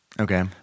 Okay